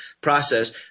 process